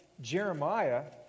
Jeremiah